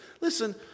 Listen